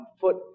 foot